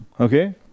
Okay